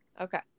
Okay